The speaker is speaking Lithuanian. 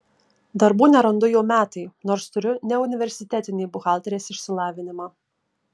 darbų nerandu jau metai nors turiu neuniversitetinį buhalterės išsilavinimą